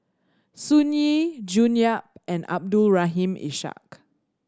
Sun Yee June Yap and Abdul Rahim Ishak